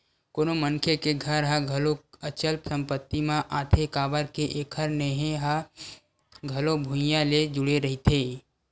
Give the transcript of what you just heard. कोनो मनखे के घर ह घलो अचल संपत्ति म आथे काबर के एखर नेहे ह घलो भुइँया ले जुड़े रहिथे